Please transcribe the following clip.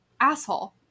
asshole